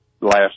Last